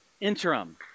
interim